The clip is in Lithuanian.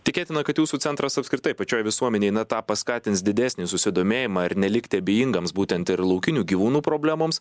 tikėtina kad jūsų centras apskritai pačioj visuomenėj na tą paskatins didesnį susidomėjimą ir nelikti abejingams būtent ir laukinių gyvūnų problemoms